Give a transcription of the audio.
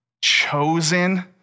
chosen